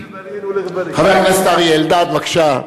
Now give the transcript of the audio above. חבר הכנסת אריה אלדד, בבקשה.